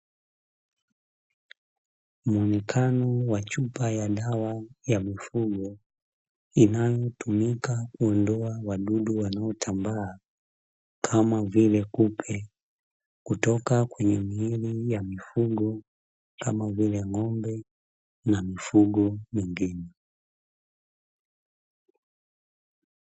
Muonekano wa chupa ya dawa ya mifugo inayotumika kuondoa wadudu wanaotambaa kama vile; kupe kutoka kwenye miili ya mifugo, kama vile ng'ombe na mifugo mingine.